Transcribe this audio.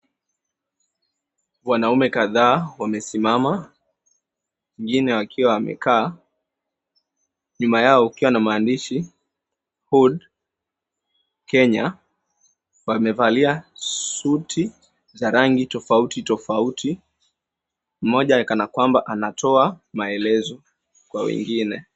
Wanaume kadhaa wamesimama wengine wakiwa wamekaa. Nyuma yao kukiwa na maandishi Hood Kenya . Wamevalia suti za rangi tofauti tofauti, moja kana kwamba anatoa maelezo kwa wengine.